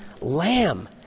lamb